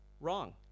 wrong